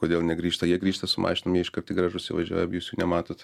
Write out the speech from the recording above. kodėl negrįžta jie grįžta su mašinom jie iškart į garažus įvažiuoja jūs jų nematot